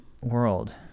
world